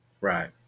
Right